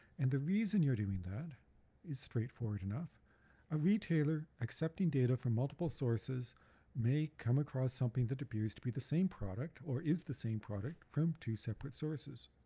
and the reason you're doing that is straightforward enough a retailer accepting data from multiple sources may come across something that appears to be the same product or is the same product from two separate sources